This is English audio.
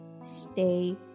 stay